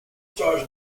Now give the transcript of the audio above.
stars